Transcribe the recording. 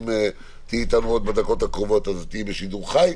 אם תהיי איתנו עוד בדקות הקרובות אז תהיי בשידור חי,